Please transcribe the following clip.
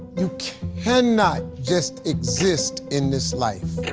you cannot just exist in this life.